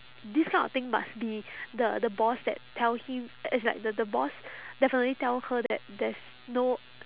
this kind of thing must be the the boss that tell him it's like the the boss definitely tell her that there's no